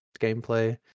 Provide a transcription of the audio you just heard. gameplay